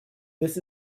this